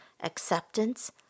acceptance